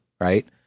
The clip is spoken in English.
right